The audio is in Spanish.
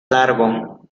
largo